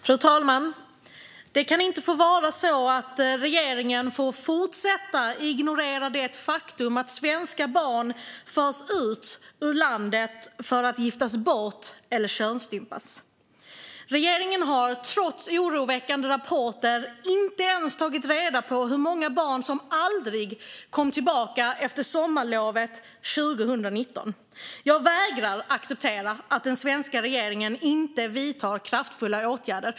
Fru talman! Det kan inte få vara så att regeringen får fortsätta att ignorera det faktum att svenska barn förs ut ur landet för att giftas bort eller könsstympas. Regeringen har trots oroväckande rapporter inte ens tagit reda på hur många barn som aldrig kom tillbaka efter sommarlovet 2019. Jag vägrar att acceptera att den svenska regeringen inte vidtar kraftfulla åtgärder.